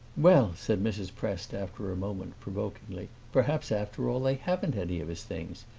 well, said mrs. prest after a moment, provokingly, perhaps after all they haven't any of his things.